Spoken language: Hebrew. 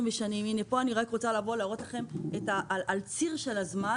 פה אני רק רוצה לבוא להראות לכם על ציר הזמן